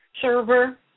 server